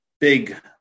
big